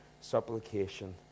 supplication